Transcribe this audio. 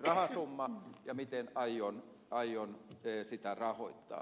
rahasumma ja miten aion sitä rahoittaa